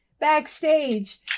backstage